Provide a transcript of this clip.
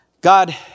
God